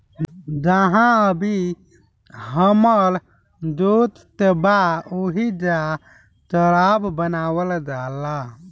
जाहा अभी हमर दोस्त बा ओइजा शराब बनावल जाला